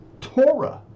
Torah